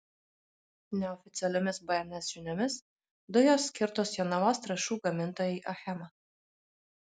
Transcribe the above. neoficialiomis bns žiniomis dujos skirtos jonavos trąšų gamintojai achema